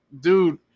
dude